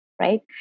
right